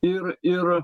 ir ir